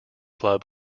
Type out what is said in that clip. club